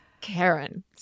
Karen